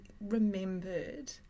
remembered